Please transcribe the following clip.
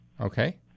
okay